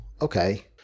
okay